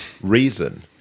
reason